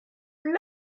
plats